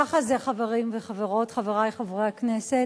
ככה זה, חברים וחברות, חברי חברי הכנסת,